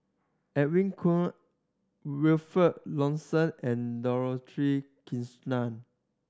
Edwin Koo Wilfed Lawson and Dorothy Krishnan